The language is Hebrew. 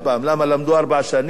למה למדו ארבע שנים,